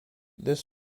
this